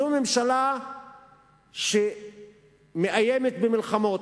זו ממשלה שמאיימת במלחמות,